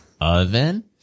oven